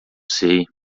sei